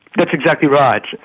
that's exactly right,